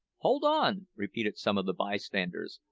hold on repeated some of the bystanders,